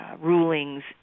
rulings